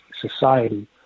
society